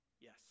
Yes